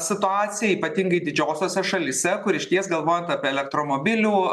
situacija ypatingai didžiosiose šalyse kur išties galvojant apie elektromobilių